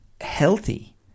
healthy